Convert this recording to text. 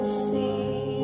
see